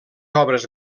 obres